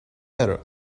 better